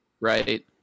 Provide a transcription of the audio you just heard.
right